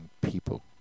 people